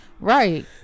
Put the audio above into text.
Right